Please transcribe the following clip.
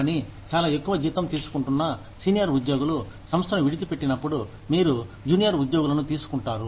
కానీ చాలా ఎక్కువ జీతం తీసుకుంటున్న సీనియర్ ఉద్యోగులు సంస్థను విడిచి పెట్టినప్పుడు మీరు జూనియర్ ఉద్యోగులను తీసుకుంటారు